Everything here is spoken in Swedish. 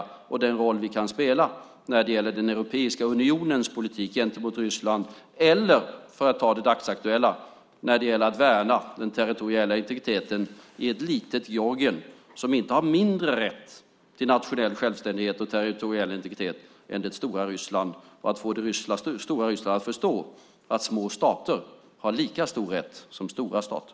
Dessutom gäller det den roll vi kan spela när det gäller Europeiska unionens politik gentemot Ryssland eller, för att ta det dagsaktuella, när det gäller att värna den territoriella integriteten i ett litet Georgien som inte har mindre rätt till nationell självständighet och territoriell integritet än det stora Ryssland och att få det stora Ryssland att förstå att små stater har lika stor rätt som stora stater.